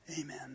Amen